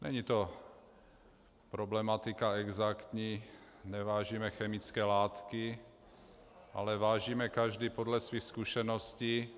Není to problematika exaktní, nevážíme chemické látky, ale vážíme každý podle svých zkušeností.